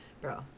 Bro